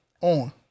On